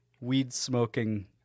weed-smoking